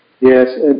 Yes